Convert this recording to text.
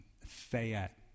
Fayette